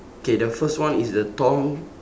okay the first one is the tom